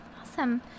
Awesome